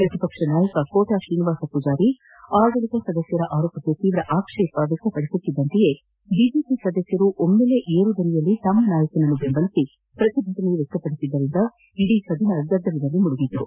ಪ್ರತಿಪಕ್ಷ ನಾಯಕ ಕೋಟಾ ಶ್ರೀನಿವಾಸ ಪೂಜಾರಿ ಆಡಳಿತ ಸದಸ್ಯರ ಆರೋಪಕ್ಕೆ ತೀವ್ರ ಆಕ್ಷೇಪ ವ್ಯಕಪಡಿಸುತ್ತಿದ್ದಂತೆ ಬಿಜೆಪಿ ಸದಸ್ಯರು ಒಮ್ಬಲೇ ಏರುಧ್ವನಿಯಲ್ಲಿ ತಮ್ಮ ನಾಯಕನನ್ನು ದೆಂಬಲಿಸಿ ಪ್ರತಿಭಟನೆ ವ್ಯಕ್ತಪಡಿಸಿದ್ದರಿಂದ ಇಡೀ ಸದನ ಗದ್ದಲದಲ್ಲಿ ಮುಳುಗಿತು